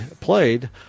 played